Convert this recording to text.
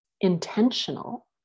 intentional